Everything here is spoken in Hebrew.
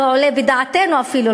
לא עולה בדעתנו אפילו,